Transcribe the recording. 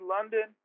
London